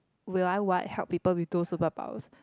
will I what help people with those superpowers